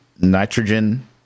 nitrogen